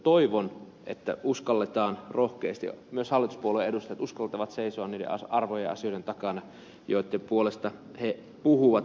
toivon että myös hallituspuolueiden edustajat uskaltavat rohkeasti seisoa niiden arvojen ja asioiden takana joitten puolesta he puhuvat